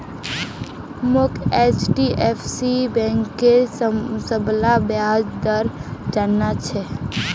मोक एचडीएफसी बैंकेर सबला ब्याज दर जानना छ